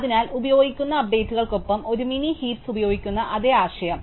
അതിനാൽ ഉപയോഗിക്കുന്ന അപ്ഡേറ്റുകൾക്കൊപ്പം ഒരു മിനി ഹീപ്സ് ഉപയോഗിക്കുന്ന അതേ ആശയം